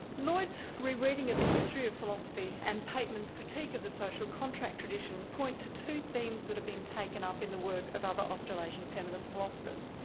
lloyd's re-reading of the history of philosophy and pateman's critique of the social contract tradition point to two themes that have been taken up in the work of other australasian feminist philosophers.